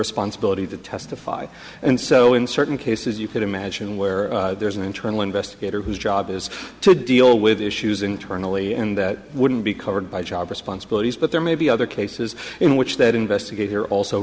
responsibility to testify and so in certain cases you could imagine where there's an internal investigator whose job is to deal with issues internally and that wouldn't be covered by job responsibilities but there may be other cases in which that investigator also